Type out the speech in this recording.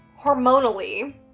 Hormonally